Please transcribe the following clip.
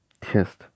test